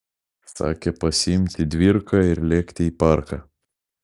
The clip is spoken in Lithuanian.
sakė pasiimti dvirką ir lėkti į parką